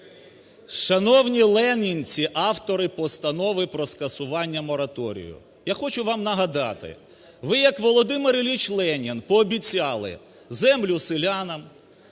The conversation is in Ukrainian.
Шановні ленінці, автори постанови про скасування мораторію, я хочу вам нагадати. Ви, як Володимир Ілліч Ленін, пообіцяли землю – селянам,